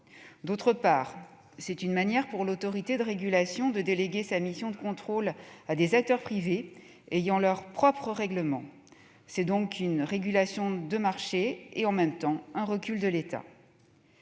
D'autre part, c'est une manière pour l'autorité de régulation de déléguer sa mission de contrôle à des acteurs privés ayant leurs propres règlements. C'est donc une régulation de marché et en même temps un recul de l'État